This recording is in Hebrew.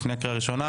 לפני קריאה ראשונה.